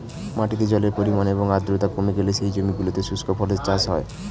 মাটিতে জলের পরিমাণ এবং আর্দ্রতা কমে গেলে সেই জমিগুলোতে শুষ্ক ফসলের চাষ হয়